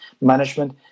management